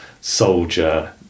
soldier